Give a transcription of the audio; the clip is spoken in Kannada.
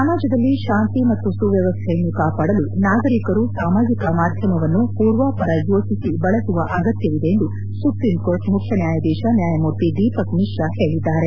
ಸಮಾಜದಲ್ಲಿ ಶಾಂತಿ ಮತ್ತು ಸುವ್ಧವಸ್ಥೆಯನ್ನು ಕಾಪಾಡಲು ನಾಗರಿಕರು ಸಾಮಾಜಕ ಮಾಧ್ಯಮವನ್ನು ಪೂರ್ವಾಪರ ಯೋಚಿಸಿ ಬಳಸುವ ಅಗತ್ಯವಿದೆ ಎಂದು ಸುಪ್ರೀಂಕೋರ್ಟ್ ಮುಖ್ಯ ನಾಯಾಧೀಶ ನ್ಯಾಯಮೂರ್ತಿ ದೀಪಕ್ ಮಿಶ್ರಾ ಹೇಳಿದ್ದಾರೆ